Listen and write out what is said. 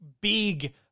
big